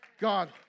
God